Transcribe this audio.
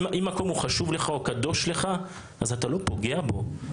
אם מקום הוא חשוב או קדוש לך אז אתה לא פוגע בו.